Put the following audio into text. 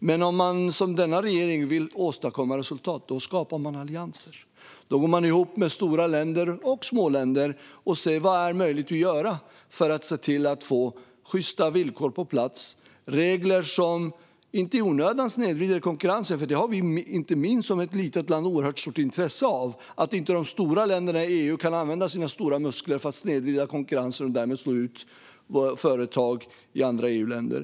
Men om man som denna regering vill åstadkomma resultat skapar man allianser. Då går man ihop med stora länder och små länder och frågar: Vad är möjligt att göra för att se till att få sjysta villkor på plats och regler som inte i onödan snedvrider konkurrensen? Inte minst vi som ett litet land har ett oerhört stort intresse av att inte de stora länderna i EU kan använda sina stora muskler för att snedvrida konkurrensen och därmed slå ut företag i andra EU-länder.